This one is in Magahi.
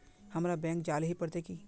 हमरा बैंक जाल ही पड़ते की?